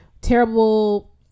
terrible